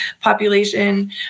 population